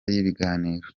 y’ibiganiro